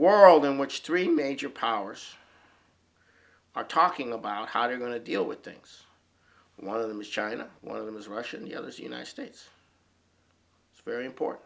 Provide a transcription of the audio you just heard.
world in which three major powers are talking about how they're going to deal with things one of them is china one of them is russia and the others united states it's very important